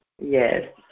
Yes